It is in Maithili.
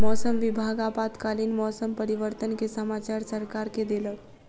मौसम विभाग आपातकालीन मौसम परिवर्तन के समाचार सरकार के देलक